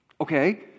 Okay